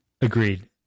Agreed